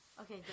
Okay